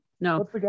No